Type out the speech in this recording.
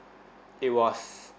it was